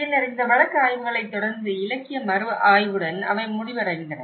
பின்னர் இந்த வழக்கு ஆய்வுகளைத் தொடர்ந்து இலக்கிய மறுஆய்வுடன் அவை முடிவடைந்தன